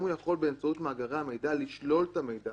אם הוא יכול באמצעות מאגרי המידע לשלול את המידע,